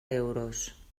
euros